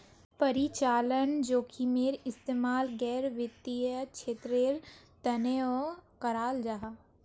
परिचालन जोखिमेर इस्तेमाल गैर वित्तिय क्षेत्रेर तनेओ कराल जाहा